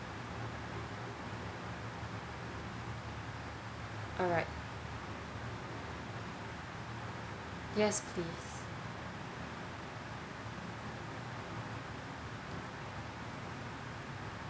alright yes please